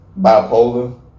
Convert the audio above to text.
Bipolar